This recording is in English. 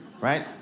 right